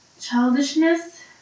childishness